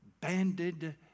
Banded